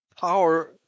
power